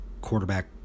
quarterback